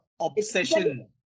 Obsession